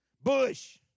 Bush